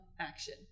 action